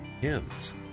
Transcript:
hymns